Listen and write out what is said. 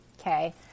Okay